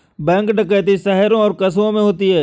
bank डकैती शहरों और कस्बों में होती है